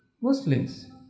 Muslims